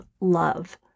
love